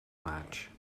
match